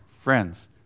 friends